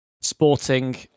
Sporting